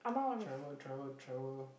travel travel travel